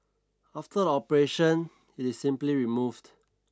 after the operation it is simply removed